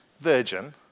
virgin